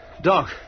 Doc